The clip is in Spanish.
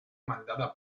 mandada